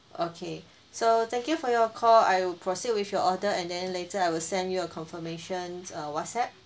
okay so thank you for your call I will proceed with your order and then later I will send you a confirmation err WhatsApp